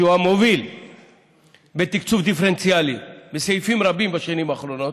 שהוא המוביל בתקצוב דיפרנציאלי בסעיפים רבים בשנים האחרונות,